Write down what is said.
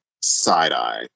side-eye